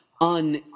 on